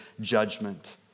judgment